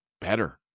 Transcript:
better